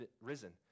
risen